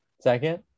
Second